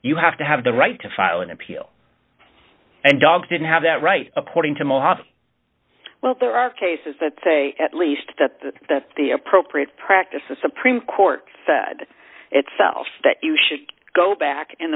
you have to have the right to file an appeal and dogs didn't have that right according to mojave well there are cases that say at least that the that the appropriate practice the supreme court said itself that you should go back in